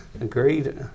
Agreed